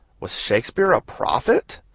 was shakespeare a prophet?